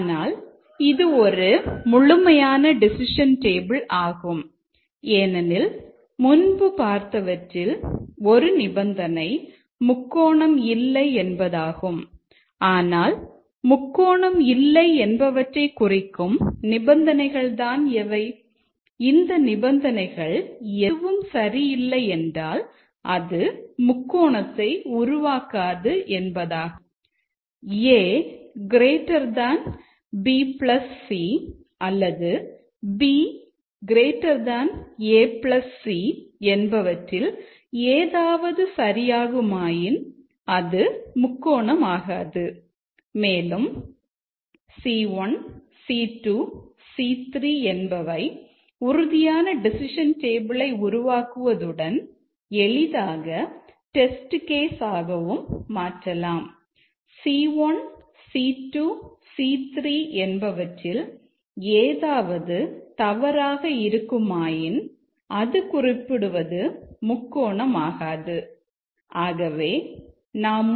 ஆனால் இது ஒரு முழுமையான டெசிஷன் டேபிள் உருவாக்கலாம்